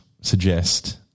suggest